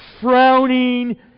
frowning